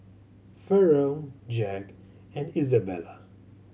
Farrell Jack and Izabella